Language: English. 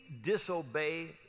disobey